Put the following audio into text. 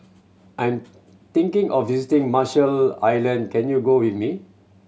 I'm thinking of visiting Marshall Island can you go with me